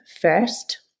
first